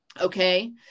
okay